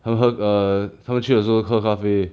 他们喝 err 他们去的时候喝咖啡